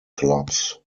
clubs